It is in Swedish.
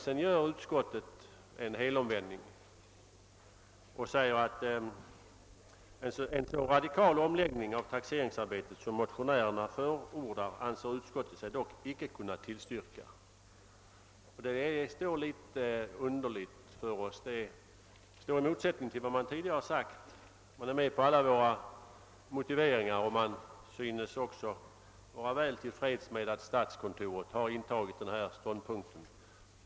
Sedan gör utskottet en helomvändning och anför: >En så radikal omläggning av taxeringsarbetet, som motionärerna förordar, anser utskottet sig dock inte kunna tillstyrka.» Detta förefaller oss litet underligt. Utskottets slutsats står i motsättning till vad utskottet tidigare har sagt. Utskottet instämmer i alla våra motiveringar och synes också vara till freds med statskontorets inställning till frågan.